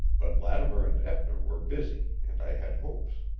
but lattimer and eppner were busy, and i had hopes.